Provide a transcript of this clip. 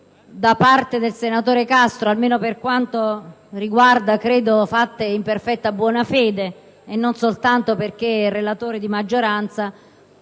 del senatore Castro, almeno per quanto mi riguarda credo fatte in perfetta buona fede e non soltanto perché è relatore di maggioranza,